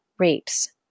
rapes